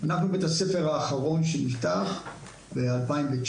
אנחנו בית הספר האחרון שנפתח ב-2019.